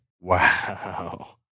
Wow